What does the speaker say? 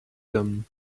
them